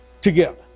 together